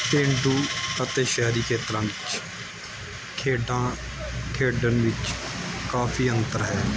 ਪੇਂਡੂ ਅਤੇ ਸ਼ਹਿਰੀ ਖੇਤਰਾਂ ਵਿੱਚ ਖੇਡਾਂ ਖੇਡਣ ਵਿੱਚ ਕਾਫੀ ਅੰਤਰ ਹੈ